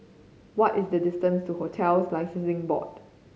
what is the distance to Hotels Licensing Board